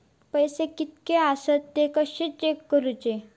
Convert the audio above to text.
पैसे कीतके आसत ते कशे चेक करूचे?